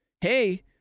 hey